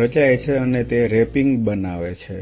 રચાય છે અને તે રેપિંગ બનાવે છે